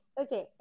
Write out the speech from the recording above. Okay